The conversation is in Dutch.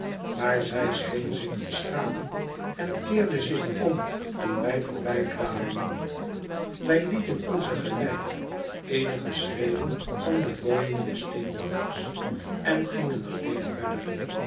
maar zij scheen zich te schamen en keerde zich om toen wij voorbijkwamen wij lieten onzen geleider eenige schreden van de woning des steenbakkers en gingen alleen verder